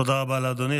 תודה רבה לאדוני.